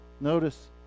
Notice